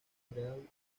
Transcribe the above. catedral